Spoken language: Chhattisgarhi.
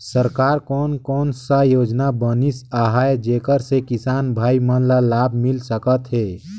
सरकार कोन कोन सा योजना बनिस आहाय जेकर से किसान भाई मन ला लाभ मिल सकथ हे?